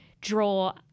draw